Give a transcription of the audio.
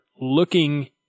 looking